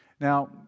Now